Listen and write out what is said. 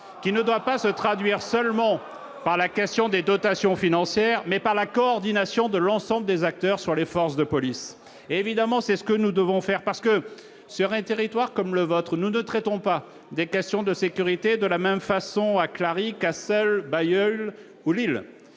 qui ne doit pas se traduire seulement par la question des dotations financières mais par la coordination de l'ensemble des acteurs sur les forces de police, évidemment, c'est ce que nous devons faire parce que, sur un territoire comme le vôtre, nous ne traitons pas des questions de sécurité, de la même façon à Clarica seul Bailleul ou Lille,